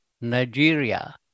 Nigeria